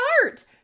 start